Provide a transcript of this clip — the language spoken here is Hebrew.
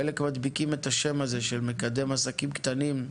חלק מדביקים את השם הזה, של מקדם עסקים קטנים,